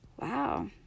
wow